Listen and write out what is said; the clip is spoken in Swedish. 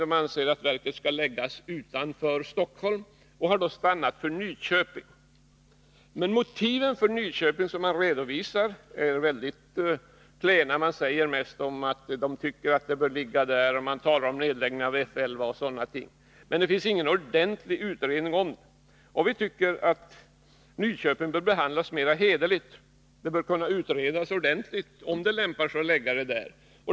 De anser att verket skall läggas utanför Stockholm, och de har stannat för Nyköping. Men de motiv som redovisas för Nyköping är mycket klena. Det sägs rent allmänt att man anser att verket bör ligga där, man talar om nedläggning av F 11 osv. — men det finns ingen ordentlig utredning om förläggning till Nyköping. Vi tycker att Nyköping bör behandlas mer hederligt. Det bör kunna utredas ordentligt om det lämpar sig att lägga verket där.